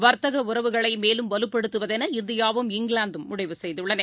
வா்த்தகஉறவுகளைமேலும் வலுபடுத்துவதென இந்தியாவும் இங்கிலாந்தும் முடிவு செய்துள்ளன